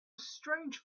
strange